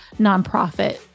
nonprofit